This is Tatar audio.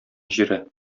җире